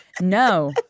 No